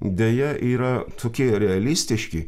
deja yra tokie realistiški